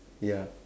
ya